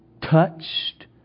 touched